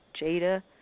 Jada